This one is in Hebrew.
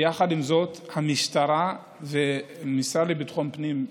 המשטרה, והמשרד לביטחון פנים,